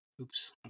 Oops